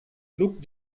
look